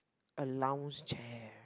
a lounge chair